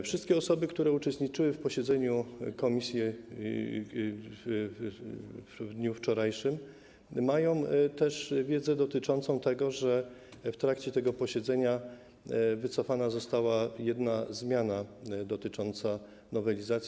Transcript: Wszystkie osoby, które uczestniczyły w posiedzeniu komisji w dniu wczorajszym, mają wiedzę dotyczącą tego, że w trakcie tego posiedzenia wycofana została jedna zmiana dotycząca nowelizacji.